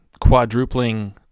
quadrupling